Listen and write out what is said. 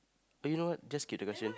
you know what just skip the question